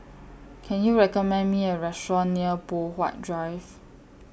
Can YOU recommend Me A Restaurant near Poh Huat Drive